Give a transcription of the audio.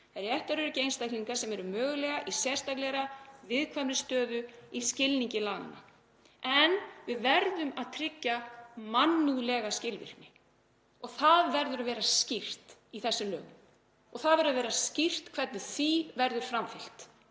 réttaröryggi einstaklinga sem eru mögulega í sérstaklega viðkvæmri stöðu í skilningi laganna en við verðum að tryggja mannúðlega skilvirkni og það verður að vera skýrt í þessum lögum og það þarf að vera skýrt hvernig því verður framfylgt.